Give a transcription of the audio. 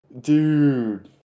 Dude